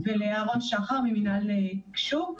ולאהרון שחר ממינהל תקשוב.